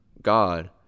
god